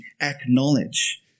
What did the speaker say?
acknowledge